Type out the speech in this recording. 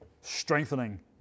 strengthening